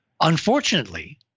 Unfortunately